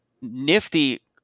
nifty